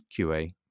QA